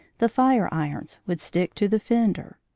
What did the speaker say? the fire-irons would stick to the fender,